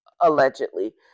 allegedly